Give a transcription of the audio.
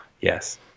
Yes